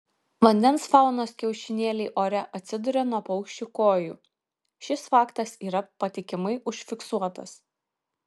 vandens faunos kiaušinėliai ore atsiduria nuo paukščių kojų šis faktas yra patikimai užfiksuotas